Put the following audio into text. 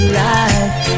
life